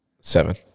Seven